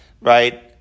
right